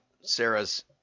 Sarah's